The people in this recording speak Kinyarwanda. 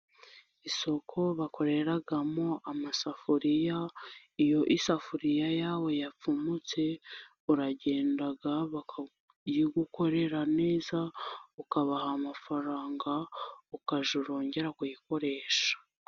Isoko bakoreramo amasafuriya, iyo isafuriya yapfumutse, uragenda bakayigukorera neza, ukabaha amafaranga, ukajya urongera kuyikoresha.